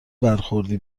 برخوردی